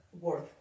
Worth